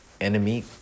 enemy